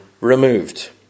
removed